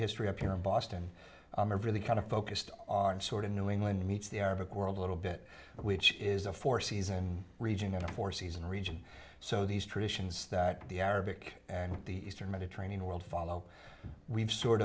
history up here in boston i'm really kind of focused on sort of new england meets the arabic world a little bit which is a four season regional four season region so these traditions that the arabic and the eastern mediterranean world follow we've sort